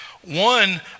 One